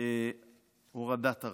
הורדת הרף.